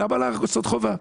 למה לעשות חובה?